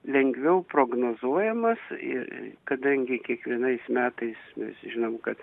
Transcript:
lengviau prognozuojamas ir kadangi kiekvienais metais mes žinom kad